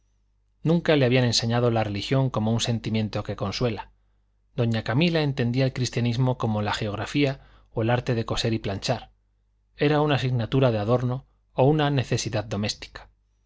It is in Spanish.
nunca le habían enseñado la religión como un sentimiento que consuela doña camila entendía el cristianismo como la geografía o el arte de coser y planchar era una asignatura de adorno o una necesidad doméstica